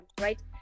right